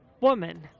woman